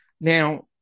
Now